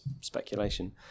speculation